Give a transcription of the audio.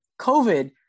COVID